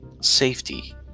...safety